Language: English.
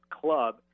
club